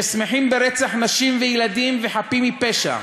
ששמחים ברצח נשים וילדים וחפים מפשע,